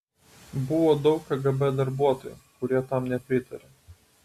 buvo daug kgb darbuotojų kurie tam nepritarė